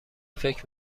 فکر